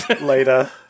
Later